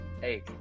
Hey